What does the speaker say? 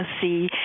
see